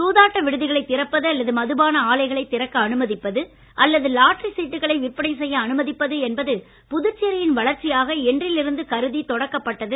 சூதாட்ட விடுதிகளை திறப்பது அல்லது மதுபான ஆலைகளை திறக்க அனுமதிப்பது அல்லது லாட்டரிச் சீட்டுகளை விற்பனை செய்ய அனுமதிப்பது என்பது புதுச்சேரியின் வளர்ச்சியாக என்றில் இருந்து கருத தொடக்கப்பட்டது